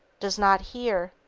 does not hear,